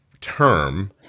term